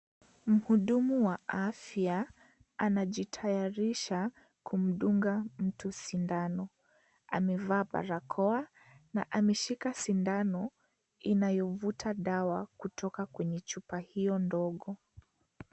Mhudumu wa afya anajitayarisha kumdunga mtu sindano. Amevaa barakoa na ameshika sindano inayovuta dawa kutoka kwenye chupa hiyo ndogo.